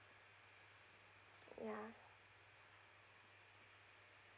ya